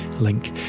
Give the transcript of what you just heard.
link